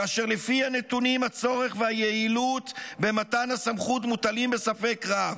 כאשר לפי הנתונים הצורך והיעילות במתן הסמכות מוטלים בספק רב.